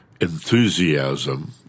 Enthusiasm